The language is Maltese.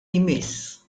jmiss